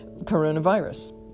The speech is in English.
coronavirus